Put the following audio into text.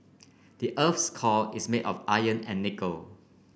the earth's core is made of iron and nickel